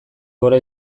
gora